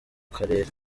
karere